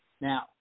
Now